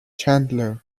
چندلر